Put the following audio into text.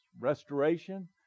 restoration